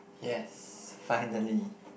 yes finally